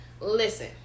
Listen